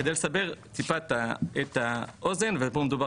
וכדי לסבר טיפה את האוזן ופה מדובר